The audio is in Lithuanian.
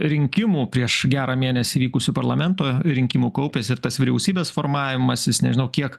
rinkimų prieš gerą mėnesį vykusių parlamento rinkimų kaupės ir tas vyriausybės formavimasis nežinau kiek